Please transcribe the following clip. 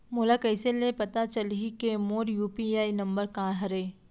मोला कइसे ले पता चलही के मोर यू.पी.आई नंबर का हरे?